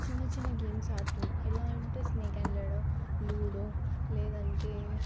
చిన్న చిన్న గేమ్స్ ఆడుతుంటాను ఎలా అంటే స్నేక్ అండ్ ల్యాడర్ లూడో లేదంటే